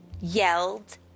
yelled